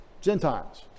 Gentiles